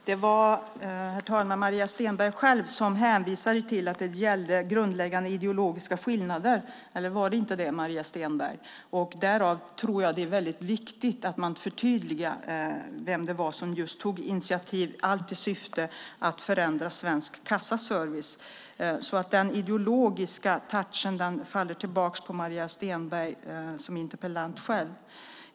Herr talman! Det var Maria Stenberg själv som hänvisade till att det gällde grundläggande ideologiska skillnader. Eller var det inte det, Maria Stenberg? Därför tror jag att det är viktigt att man förtydligar vem det var som tog initiativ i syfte att förändra Svensk Kassaservice. Den ideologiska touchen faller därför tillbaka på Maria Stenberg själv som interpellant.